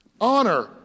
Honor